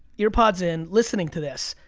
ear pods in, listening to this.